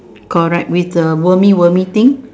correct with the wormy wormy thing